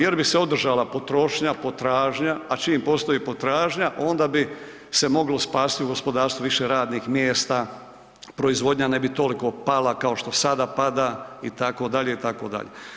Jer bi se održala potrošnja, potražnja, a čim postoji potražnja onda bi se moglo spasiti gospodarstvo, više radnih mjesta, proizvodnja ne bi toliko pala kao što sada pada itd., itd.